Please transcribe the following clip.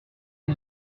des